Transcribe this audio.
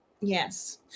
Yes